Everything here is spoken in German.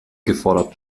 geforderten